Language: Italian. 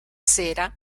sera